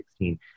2016